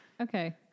Okay